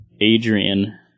Adrian